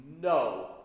no